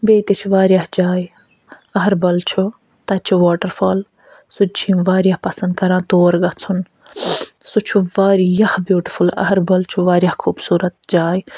بیٚیہِ تہِ چھِ واریاہ جایہِ اہربَل چھُ تَتہِ چھُ واٹَر فال سُہ تہِ چھِ یِم واریاہ پَسنٛد کران تور گژھُن سُہ چھُ واریاہ بیوٗٹِفُل اہربَل چھُ واریاہ خوٗبصوٗرَت جاے